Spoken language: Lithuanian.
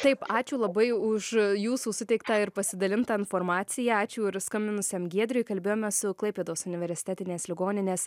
taip ačiū labai už jūsų suteiktą ir pasidalintą informaciją ačiū ir skambinusiam giedriui kalbėjome su klaipėdos universitetinės ligoninės